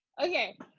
Okay